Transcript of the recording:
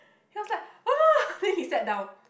he was like !wah! then he sat down